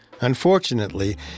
Unfortunately